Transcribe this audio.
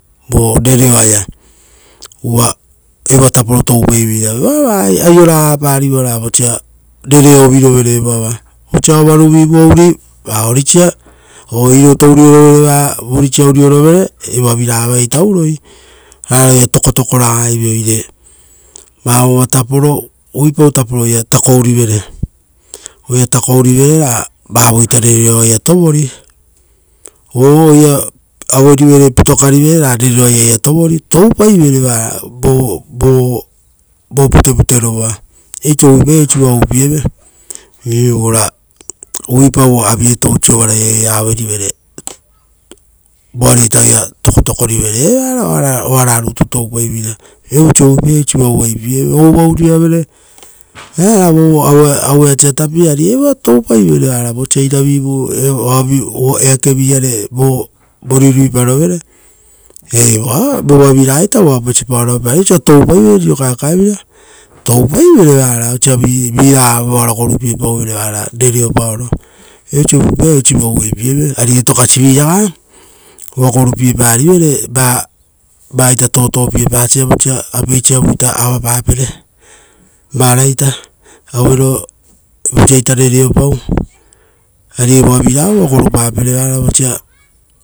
Vo rereo aia. Uva evoa taporo toupaiveira aio ragapa rivora vosa rereoviro vere evoava, vosa ovaru vivu ouri, va orisa, o irouto urio rovere va vorisa uriorovere, evoa viraga vaita ouroi. Rara oira tokotoko ragaive, oira tokotoko ragaive, oire vavora tapo ra oiratakourivere, oira takourivera ra, vavoita rereo aia oira tovori, vo uva oira auerivere pitoka rivere ra rereo aia oira tovori, toupai vere vara vo vo vo pute pute ro voa, oiso uvuipa ra osivuavu vaipieve. Iu, ora uvuipau avie tou sovaraia oira aue rivere, voa reita oira tokotoko rivere. Evara oara rutu toupaiveira, viapau oiso uvuipai ra osivuavu vai oieve, ovuvu urio avere, earaga vo aue asa tapi ari evoa toupaivere vara iravivu vo eakevi are vori riuparovere, evo a viragaita uva opesipaoro avapai. Ari vosa toupai vere riro kaekae vira, toupaivere vara osa vi viraga ora groupie pauvere vara rereo paoro. Osa uvuipai ra osivuavu vai piere, ari etokasi viraga-a oa groupie parivere va vaita totopie pasa vosaita apeisavu avapapere, varaita auero vosaita rereopau, ari evoa viraga uva gorupapere vosa rereo aia.